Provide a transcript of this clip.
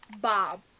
Bob